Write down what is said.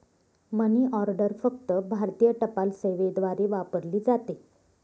मनी order फक्त भारतीय टपाल सेवेद्वारे वापरली जाते